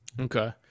Okay